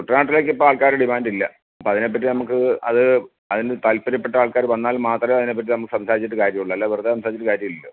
കുട്ടനാട്ടിലേക്ക് ഇപ്പം ആള്ക്കാർ ഡിമാൻഡ് ഇല്ല അപ്പം അതിനേപ്പറ്റി നമുക്ക് അത് അതിന് താല്പര്യപ്പെട്ട ആള്ക്കാർ വന്നാല് മാത്രമേ അതിനേപ്പറ്റി നമുക്ക് സംസാരിച്ചിട്ട് കാര്യമുള്ളൂ അല്ലാതെ വെറുതെ സംസാരിച്ചിട്ട് കാര്യമില്ലല്ലോ